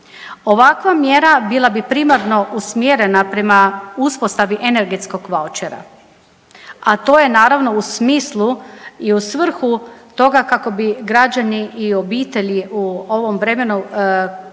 Ovakva mjera bila bi primarno usmjerena prema uspostavi energetskog vaučera, a to je naravno u smislu i u svrhu toga kako bi građani i obitelji u ovom vremenu koje